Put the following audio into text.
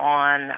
on